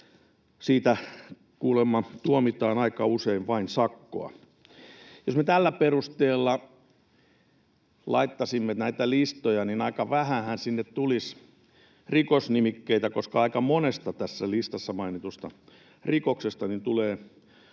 siitä kuulemma tuomitaan aika usein vain sakkoa. Jos me tällä perusteella laittaisimme näitä listoja, niin aika vähänhän sinne tulisi rikosnimikkeitä, koska aika monesta tässä listassa mainitusta rikoksesta tulee vain